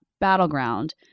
battleground